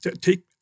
Take